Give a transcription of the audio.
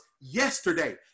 yesterday